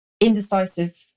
indecisive